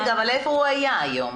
רגע, אבל איפה הוא היה היום?